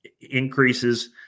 increases